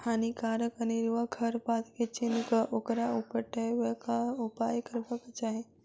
हानिकारक अनेरुआ खर पात के चीन्ह क ओकरा उपटयबाक उपाय करबाक चाही